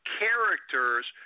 characters